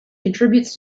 contributes